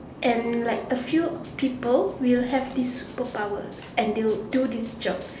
and like a few people will have these superpower and they will do these job